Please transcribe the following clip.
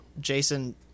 Jason